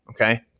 okay